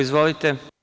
Izvolite.